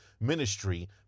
ministry